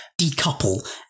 decouple